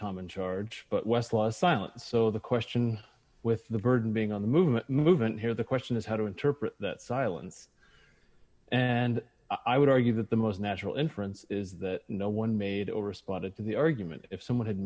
common charge but westlaw silent so the question with the burden being on the movement movement here the question is how to interpret that silence and i would argue that the most natural inference is that no one made over a spot it in the argument if someone had